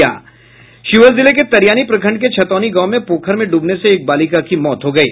शिवहर जिले के तरियानी प्रखंड के छतौनी गांव में पोखर में डूबने से एक बालिका की मौत हो गयी